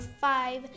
five